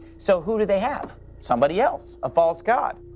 so who do they have? somebody else. a false god.